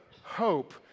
hope